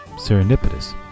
serendipitous